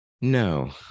No